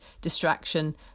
distraction